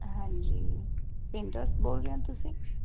ਹਾਂਜੀ ਪੇਂਟਰਸ ਬੋਲ ਰਹੇ ਹੋ ਤੁਸੀਂ